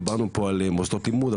דיברנו על מוסדות לימוד,